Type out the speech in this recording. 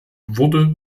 wurde